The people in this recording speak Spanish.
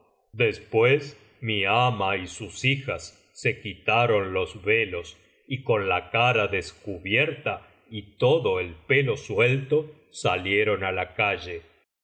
después mi ama y sus hijas se quitaron los velos y con la cara descubierta y todo el pelo suelto salieron á la calle